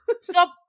Stop